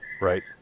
Right